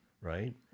Right